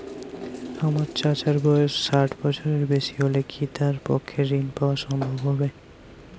আমার চাচার বয়স ষাট বছরের বেশি হলে কি তার পক্ষে ঋণ পাওয়া সম্ভব হবে?